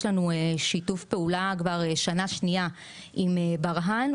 לנו שיתוף פעולה כבר שנה שנייה עם ברה"ן.